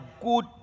good